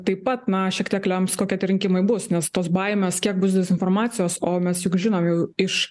taip pat na šiek tiek lems kokie tie rinkimai bus nes tos baimės kiek bus dezinformacijos o mes juk žinom jau iš